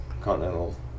continental